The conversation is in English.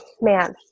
man